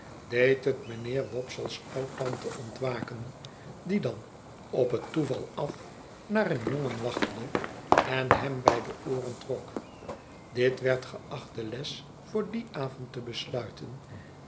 deed het mijnheer wopsle's oudtante ontwaken die dan op het toeval af naar een jongen waggelde en hem bij de ooren trok dit werd geacht de les voor dien avond te besluiten